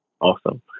awesome